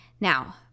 Now